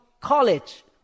college